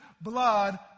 blood